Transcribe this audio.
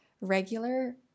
regular